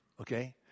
okay